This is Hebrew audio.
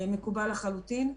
מקובל לחלוטין.